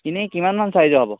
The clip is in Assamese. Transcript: এনেই কিমানমান চাইজৰ হ'ব